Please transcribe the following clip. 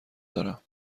دارم